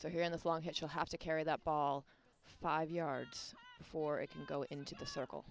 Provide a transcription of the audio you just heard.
so here in this long hitch you'll have to carry that ball five yards before it can go into the circle